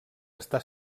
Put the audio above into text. està